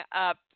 up